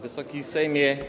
Wysoki Sejmie!